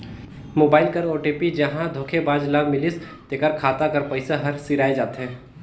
mobile कर OTP जहां धोखेबाज ल मिलिस तेकर खाता कर पइसा हर सिराए जाथे